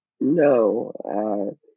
No